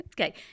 Okay